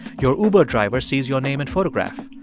your uber driver sees your name and photograph.